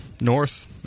north